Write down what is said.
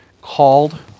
called